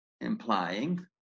implying